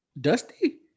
Dusty